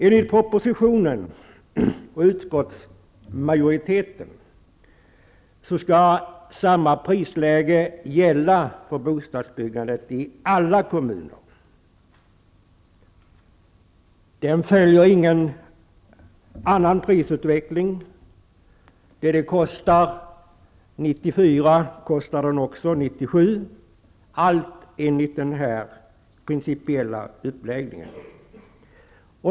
Enligt propositionen och utskottsmajoritetens förslag skall samma prisläge gälla för bostadsbyggandet i alla kommuner. Det följer ingen annan prisutveckling. Vad det kostar 1994 kostar det också 1997, allt enligt den principiella uppläggningen.